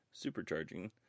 supercharging